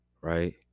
right